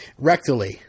rectally